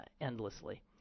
endlessly